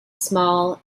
small